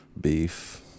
beef